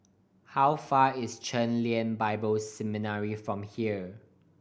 how far is Chen Lien Bible Seminary from here